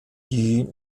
die